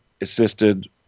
assisted